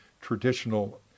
traditional